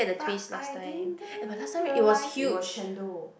but I didn't realize it was chendol